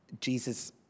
Jesus